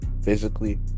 physically